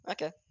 Okay